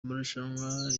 amarushanwa